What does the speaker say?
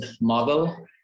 model